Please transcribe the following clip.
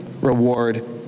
reward